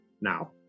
Now